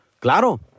Claro